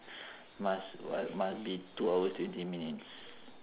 must what must be two hours twenty minutes